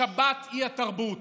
השבת היא התרבות".